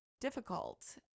difficult